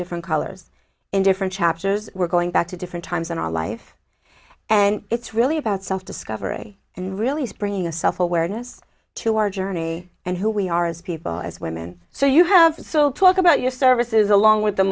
different colors in different chapters we're going back to different times in our life and it's really about self discovery and really bringing a self awareness to our journey and who we are as people as women so you have to still talk about your services along with the